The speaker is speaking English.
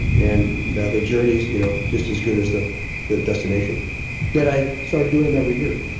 and the the journey's you know just as good as the the destination that i started doing them every year.